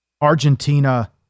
Argentina